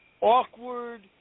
awkward –